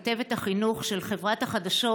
כתבת החינוך של חברת החדשות,